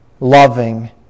loving